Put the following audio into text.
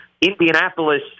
Indianapolis